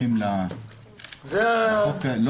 מחכים לחוק המסגרת?